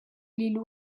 lil